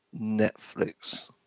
Netflix